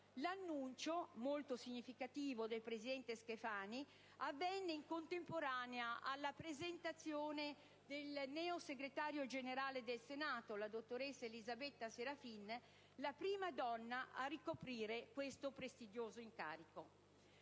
L'annuncio, molto significativo, avvenne in contemporanea alla presentazione del neo Segretario generale del Senato, dottoressa Elisabetta Serafin, la prima donna a ricoprire tale prestigioso incarico.